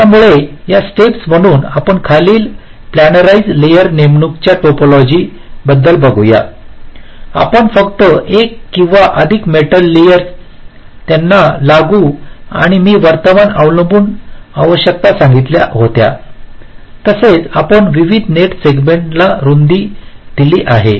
त्यामुळे या स्टेप्स म्हणून आपण खालील प्लानिएरीज लेयर नेमणूक च्या टोपोलॉजी आपण फक्त एक किंवा अधिक मेटल लेयर त्यांना लागू आणि मी वर्तमान अवलंबून आवश्यकता सांगितले होते तसेच आपण विविध नेट्स सेगमेंट्सना रुंदी आहे